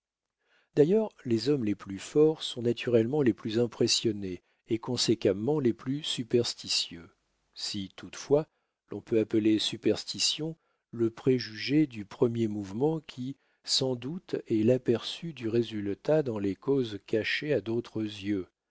d'ailleurs les hommes les plus forts sont naturellement les plus impressionnés et conséquemment les plus superstitieux si toutefois l'on peut appeler superstition le préjugé du premier mouvement qui sans doute est l'aperçu du résultat dans les causes cachées à d'autres yeux